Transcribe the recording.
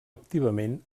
activament